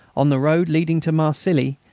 on the road leading to marcilly,